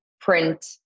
print